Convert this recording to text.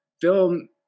Film